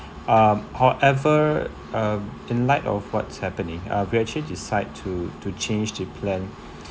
um however um in light of what's happening uh we actually decide to to change the plan